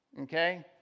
okay